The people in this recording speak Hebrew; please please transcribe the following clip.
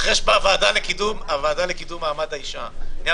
אחרי שבוועדה לקידום מעמד האישה היו